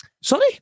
Sorry